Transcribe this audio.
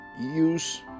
use